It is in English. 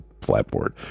flatboard